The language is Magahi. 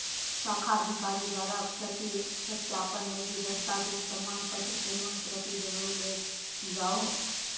शाखा अधिकारी द्वारा प्रति सत्यापन लगी दस्तावेज़ प्रमाण के मूल प्रति जरुर ले जाहो